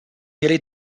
nearly